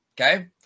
okay